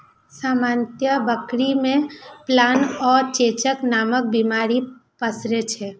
सामान्यतः बकरी मे प्लेग आ चेचक नामक बीमारी पसरै छै